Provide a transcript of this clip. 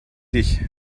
dich